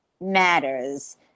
matters